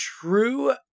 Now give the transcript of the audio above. true